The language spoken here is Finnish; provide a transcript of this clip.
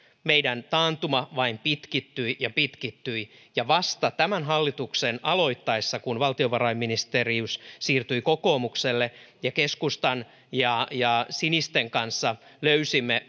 meidän taantuma vain pitkittyi ja pitkittyi ja vasta tämän hallituksen aloittaessa kun valtiovarainministeriys siirtyi kokoomukselle ja keskustan ja ja sinisten kanssa löysimme